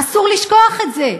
אסור לשכוח את זה.